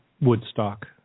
Woodstock